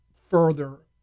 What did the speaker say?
further